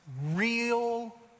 real